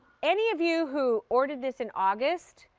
any of you who ordered this in august,